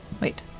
wait